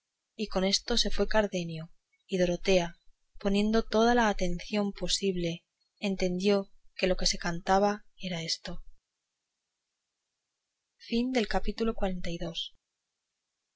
y con esto se fue cardenio y dorotea poniendo toda la atención posible entendió que lo que se cantaba era esto capítulo xliii